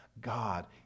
God